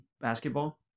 basketball